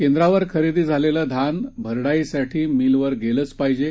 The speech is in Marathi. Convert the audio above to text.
केंद्रावरखरेदीझालेलंधानभरडाईसाठीमिलवरगेलंचपाहिजे